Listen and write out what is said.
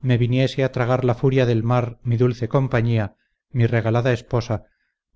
me viniese a tragar la furia del mar mi dulce compañía mi regalada esposa